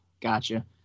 Gotcha